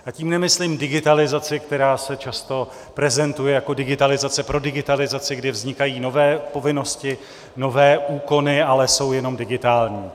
A tím nemyslím digitalizaci, která se často prezentuje jako digitalizace pro digitalizaci, kdy vznikají nové povinnosti, nové úkony, ale jsou jenom digitální.